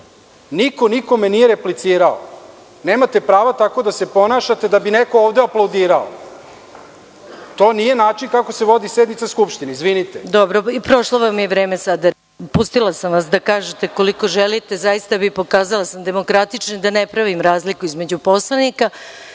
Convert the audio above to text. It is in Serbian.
Niko nikome nije replicirao. Nemate prava tako da se ponašate da bi neko ovde aplaudirao. To nije način kako se vodi sednica Skupštine. **Maja Gojković** Dobro. Isteklo vam je vreme. Pustila sam vas da kažete koliko želite i pokazala sam demokratičnost, da ne pravim razliku između poslanika. Molim